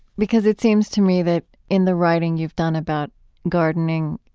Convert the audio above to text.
because it seems to me that in the writing you've done about gardening